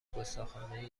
گستاخانهی